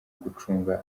gucunga